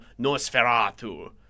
Nosferatu